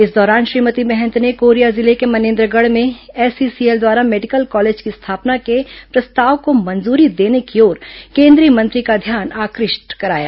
इस दौरान श्रीमती महंत ने कोरिया जिले के मनेन्द्रगढ़ में एसईसीएल द्वारा मेडिकल कॉलेज की स्थापना के प्रस्ताव को मंजूरी देने की ओर केंद्रीय मंत्री का ध्यान आकृष्ट कराया